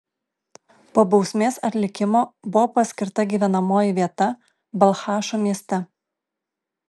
po bausmės atlikimo buvo paskirta gyvenamoji vieta balchašo mieste